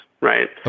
right